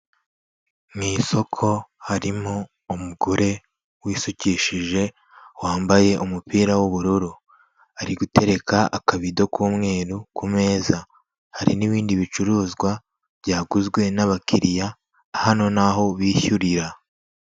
Mu isoko harimo umugore wisukishije, wambaye umupira w'ubururu, ari gutereka akabido k'umweru ku meza, hari n'ibindi bicuruzwa byaguzwe n'abakiriya, hano ni aho bishyurira.